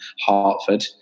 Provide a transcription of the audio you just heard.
Hartford